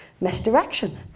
Misdirection